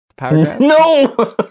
no